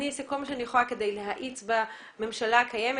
אני אעשה כל מה שאני יכולה כדי להאיץ בממשלה הקיימת